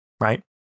right